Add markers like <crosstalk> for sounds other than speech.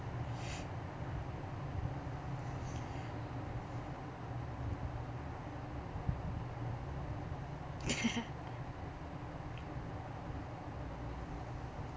<laughs>